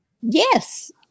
Yes